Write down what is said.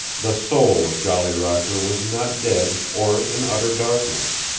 the soul of jolly roger was not dead or in utter darkness.